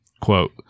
Quote